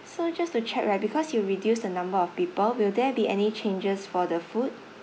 so just to check right because you reduce the number of people will there be any changes for the food